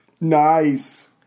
Nice